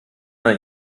man